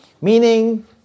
Meaning